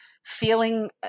Feeling